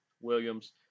Williams